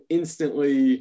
instantly